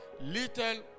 little